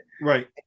right